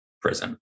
prison